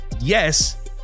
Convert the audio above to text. yes